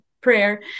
prayer